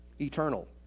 eternal